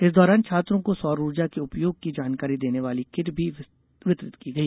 इस दौरान छात्रों को सौर ऊर्जा के उपयोग की जानकारी देने वाली किट भी वितरित की गई